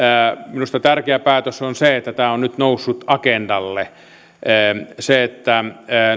minusta tärkeä päätös on se että tämä on nyt noussut agendalle se että